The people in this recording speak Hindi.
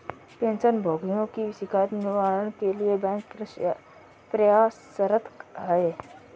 पेंशन भोगियों की शिकायत निवारण के लिए बैंक प्रयासरत है